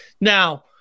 Now